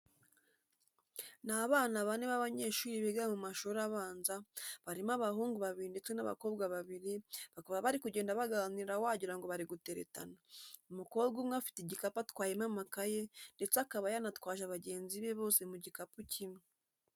Ni abana bane b'abanyeshuri biga mu mashuri abanza, barimo abahungu babiri ndetse n'abakobwa babiri, bakaba bari kugenda baganira wagira ngo bari guteretana, umukobwa umwe afite igikapu atwayemo amakaye ye ndetse akaba yanatwaje bagenzi be bose mu gikapu kimwe.